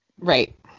right